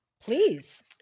Please